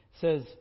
says